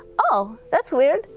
oh, that's weird,